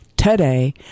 today